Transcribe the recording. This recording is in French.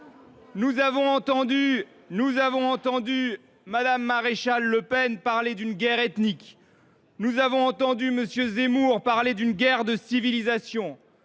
Nous avons entendu Mme Maréchal Le Pen parler d’une « guerre ethnique ». Nous avons entendu M. Zemmour parler d’une « guerre de civilisation